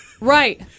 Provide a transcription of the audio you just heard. Right